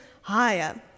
higher